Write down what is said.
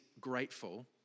grateful